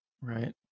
Right